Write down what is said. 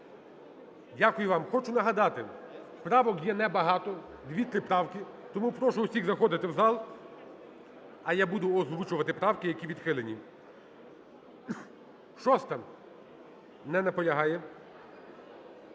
Дякую вам. Хочу нагадати, правок є небагато, дві-три правки. Тому прошу всіх заходити в зал, а я буду озвучувати правки, які відхилені. 6-а. Не наполягає.